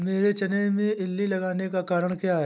मेरे चने में इल्ली लगने का कारण क्या है?